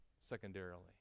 secondarily